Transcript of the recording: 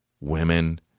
women